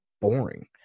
boring